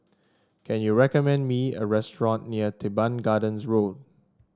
can you recommend me a restaurant near Teban Gardens Road